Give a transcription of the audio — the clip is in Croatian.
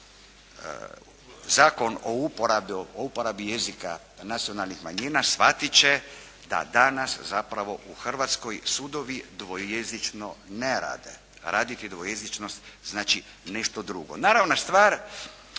Zakon o uporabi jezika nacionalnih manjina shvatit će da danas zapravo u Hrvatskoj sudovi dvojezično ne rade. Raditi dvojezičnost znači nešto drugo. Naravna stvar